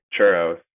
churros